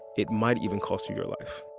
it might even cost you your life